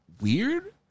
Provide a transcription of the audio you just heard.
weird